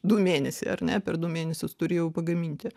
du mėnesiai ar ne per du mėnesius turi jau pagaminti